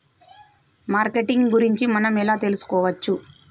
Marketing గురించి మనం ఎలా తెలుసుకోవచ్చు?